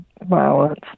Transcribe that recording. violence